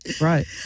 Right